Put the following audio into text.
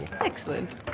Excellent